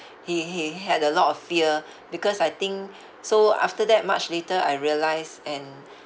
he he had a lot of fear because I think so after that much later I realised and